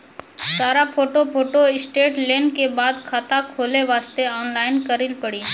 सारा photo photostat लेल के बाद खाता खोले वास्ते ऑनलाइन करिल पड़ी?